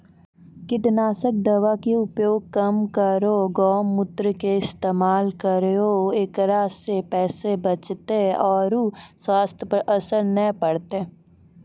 कीटनासक दवा के उपयोग कम करौं गौमूत्र के इस्तेमाल करहो ऐकरा से पैसा बचतौ आरु स्वाथ्य पर असर नैय परतौ?